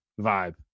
vibe